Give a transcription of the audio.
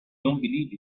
believe